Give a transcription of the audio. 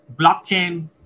blockchain